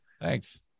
Thanks